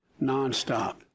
Nonstop